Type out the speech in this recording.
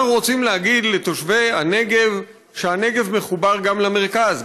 אנחנו רוצים להגיד לתושבי הנגב שהנגב מחובר גם למרכז,